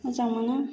मोजां मोनो